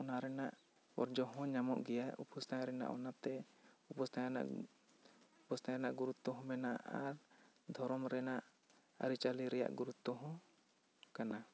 ᱚᱱᱟ ᱨᱮᱱᱟᱜ ᱚᱨᱡᱚ ᱦᱚᱸ ᱧᱟᱢᱚᱜ ᱜᱤᱭᱟ ᱩᱯᱟᱹᱥ ᱛᱟᱦᱮᱸ ᱨᱮᱱᱟᱜ ᱚᱱᱟᱛᱮ ᱩᱯᱟᱹᱥ ᱛᱟᱦᱮᱱ ᱨᱮᱱᱟᱜ ᱩᱯᱟᱹᱥ ᱛᱟᱦᱮᱱ ᱨᱮᱱᱟᱜ ᱜᱩᱨᱩᱛᱛᱚ ᱦᱚᱸ ᱢᱮᱱᱟᱜᱼᱟ ᱫᱷᱚᱨᱚᱢ ᱨᱮᱱᱟᱜ ᱟᱹᱨᱤ ᱪᱟᱹᱞᱤ ᱨᱮᱱᱟᱜ ᱜᱩᱨᱩᱛᱛᱚ ᱦᱚᱸ ᱠᱟᱱᱟ